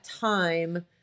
time